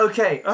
Okay